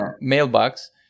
mailbox